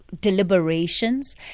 deliberations